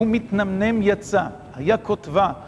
הוא מתנמנם יצא, היה כותבה.